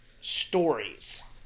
stories